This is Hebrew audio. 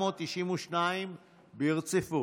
ברציפות,